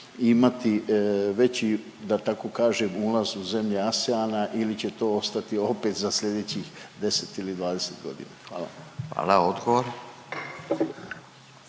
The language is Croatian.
imati veći da tako kažem ulaz u zemlje ASEAN-a ili će to ostati opet za sljedećih 10 ili 20 godina? Hvala. **Radin,